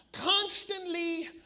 Constantly